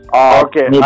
okay